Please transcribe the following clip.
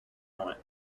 moment